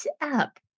up